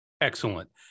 Excellent